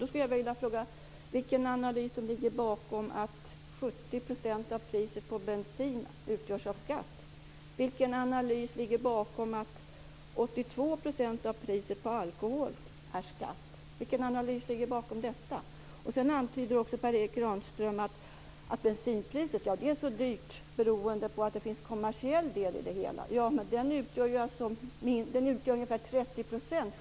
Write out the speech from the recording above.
Då skulle jag vilja fråga vilken analys som ligger bakom att 70 % av priset på bensin utgörs av skatt och vilken analys som ligger bakom att 82 % Sedan antyder Per Erik Granström också att bensinpriset är så högt beroende på att det finns en kommersiell del i detta. Den utgör ungefär 30 %.